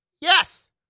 yes